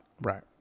Right